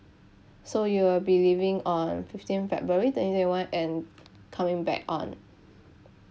so you will be leaving on fifteen february twenty twenty one and coming back on